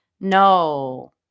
no